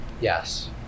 Yes